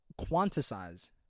quantize